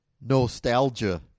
Nostalgia